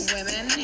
Women